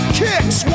kicks